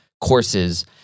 courses